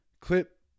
clip